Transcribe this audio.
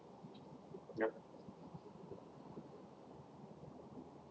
yup